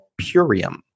Purium